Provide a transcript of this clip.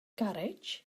garej